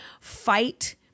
fight